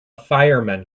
fireman